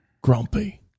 Grumpy